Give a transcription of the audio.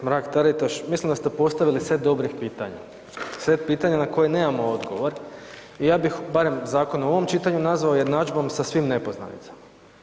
Kolegice Mrak Taritaš mislim da ste postavili set dobrih pitanja, set pitanja na koja nemamo odgovor i ja bih barem zakon u ovom čitanju nazvao jednadžbom sa svim nepoznanicama.